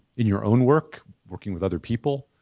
in your own work working, with other people?